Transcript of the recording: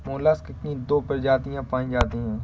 mollusc की तो दो प्रजातियां पाई जाती है